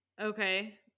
Okay